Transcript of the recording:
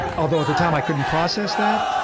although at the time i couldn't process that,